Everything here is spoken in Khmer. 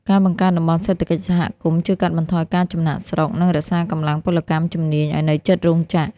ការបង្កើតតំបន់សេដ្ឋកិច្ចសហគមន៍ ជួយកាត់បន្ថយការចំណាកស្រុក និងរក្សាកម្លាំងពលកម្មជំនាញឱ្យនៅជិតរោងចក្រ។